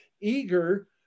eager